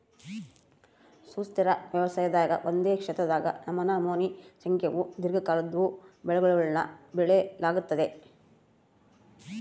ಸುಸ್ಥಿರ ವ್ಯವಸಾಯದಾಗ ಒಂದೇ ಕ್ಷೇತ್ರದಾಗ ನಮನಮೋನಿ ಸಂಖ್ಯೇವು ದೀರ್ಘಕಾಲದ್ವು ಬೆಳೆಗುಳ್ನ ಬೆಳಿಲಾಗ್ತತೆ